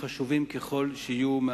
חשובים ככל שיהיו,